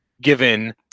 given